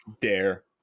Dare